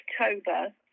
October